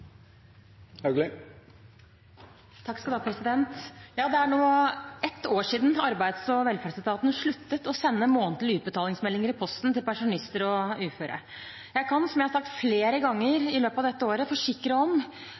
nå ett år siden Arbeids- og velferdsetaten sluttet å sende månedlige utbetalingsmeldinger i posten til pensjonister og uføre. Jeg kan, som jeg har sagt flere ganger i løpet av dette året, forsikre om